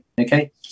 Okay